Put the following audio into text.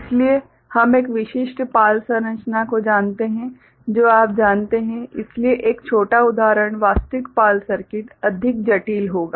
इसलिए हम एक विशिष्ट PAL संरचना को जानते हैं जो आप जानते हैं इसलिए एक छोटा उदाहरण वास्तविक PAL सर्किट अधिक जटिल होगा